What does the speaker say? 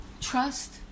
trust